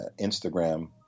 Instagram